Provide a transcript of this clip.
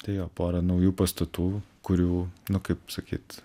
tai jo pora naujų pastatų kurių nu kaip sakyt